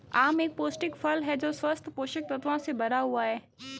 आम एक पौष्टिक फल है जो स्वस्थ पोषक तत्वों से भरा हुआ है